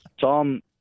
Tom